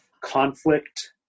conflict